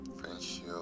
friendship